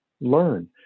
learn